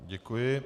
Děkuji.